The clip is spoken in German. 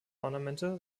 ornamente